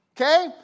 Okay